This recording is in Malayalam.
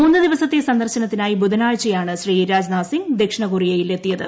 മൂന്ന് ദിവസത്തെ സന്ദർശനത്തിനായി ബുധനാഴ്ചയാണ് ശ്രീ രാജ്നാഥ് സിംഗ് ദക്ഷിണ കൊറിയയിൽ എത്തിയത്